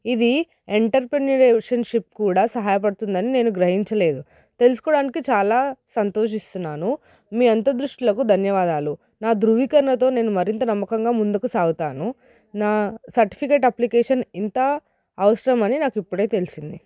ఇది ఎంట్రప్రెన్యూర్షిప్ కూడా సహాయపడుతుందని నేను గ్రహించలేదు తెలుసుకోవడానికి చాలా సంతోషిస్తున్నాను మీ అంతదృష్టిలకు ధన్యవాదాలు నా ధృవీకరణతో నేను మరింత నమ్మకంగా ముందుకు సాగుతాను నా సర్టిఫికేట్ అప్లికేషన్ ఇంత అవసరమని నాకు ఇప్పుడే తెలిసింది